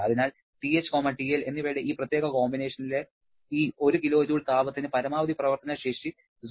അതിനാൽ TH TL എന്നിവയുടെ ഈ പ്രത്യേക കോമ്പിനേഷനിലെ ഈ 1 kJ താപത്തിന് പരമാവധി പ്രവർത്തന ശേഷി 0